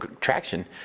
traction